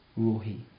Rohi